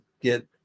get